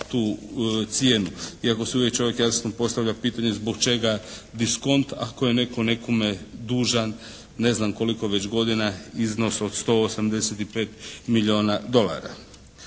tu cijenu, iako se uvije čovjek jasno postavlja pitanje zbog čega diskont ako je netko nekome dužan ne znam koliko već godina iznos od 185 milijuna dolara.